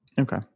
Okay